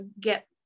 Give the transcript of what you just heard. get